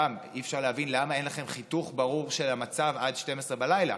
וגם אי-אפשר להבין למה אין לכם חיתוך ברור של המצב עד 24:00 בלילה,